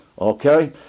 okay